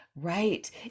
Right